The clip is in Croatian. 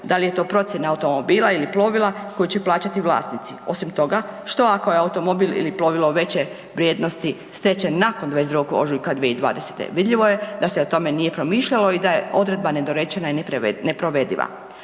Dal je to procjena automobila ili plovila koju će plaćati vlasnici? Osim toga, što ako je automobil ili plovilo veće vrijednosti stečen nakon 22. ožujka 2020., vidljivo je da se o tome nije promišljalo i da je odredba nedorečena i neprovediva.